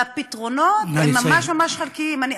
והפתרונות ממש ממש חלקיים.